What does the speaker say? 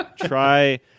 Try